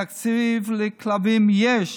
תקציב לכלבים יש,